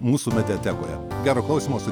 mūsų mediatekoje gero klausymosi